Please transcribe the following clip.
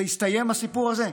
זה הסתיים, הסיפור הזה?